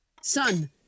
Son